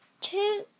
two